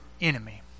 enemy